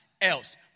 else